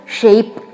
shape